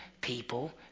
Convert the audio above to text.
people